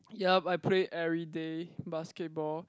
yup I play everyday basketball